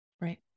Right